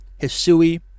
Hisui